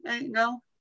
no